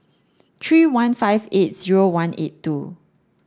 three one five eight zero one eight two